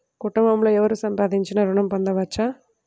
కుటుంబంలో ఎవరు సంపాదించినా ఋణం పొందవచ్చా?